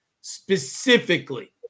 Specifically